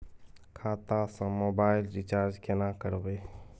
खाता स mobile recharge केना करबे?